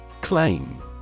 Claim